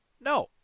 No